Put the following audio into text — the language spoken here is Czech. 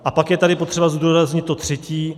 A pak je tady třeba zdůraznit to třetí.